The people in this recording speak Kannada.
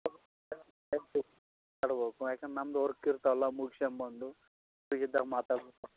ಮಾತಾಡಬೇಕು ಯಾಕಂದ್ರೆ ನಮ್ಮದು ವರ್ಕ್ ಇರ್ತವಲ್ಲ ಮುಗಿಸ್ಕೋ ಬಂದು ಫ್ರೀ ಇದ್ದಾಗ ಮಾತಾಡಬೇಕಲ್ಲ